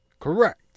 correct